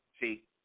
See